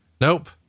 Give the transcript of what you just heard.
nope